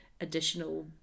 additional